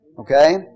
Okay